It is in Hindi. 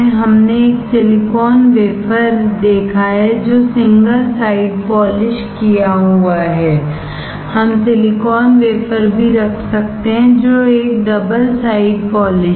हमने एक सिलिकॉन वेफरदेखा है जो सिंगल साइड पॉलिश किए हुए हैं हम सिलिकॉन वेफरभी रख सकते हैं जो एक डबल साइड पॉलिश है